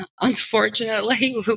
unfortunately